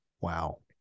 Wow